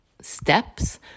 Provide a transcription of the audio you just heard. steps